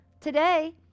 today